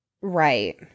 Right